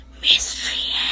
mystery